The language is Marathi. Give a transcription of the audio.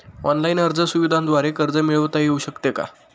ऑनलाईन अर्ज सुविधांद्वारे कर्ज मिळविता येऊ शकते का?